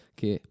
che